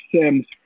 Sims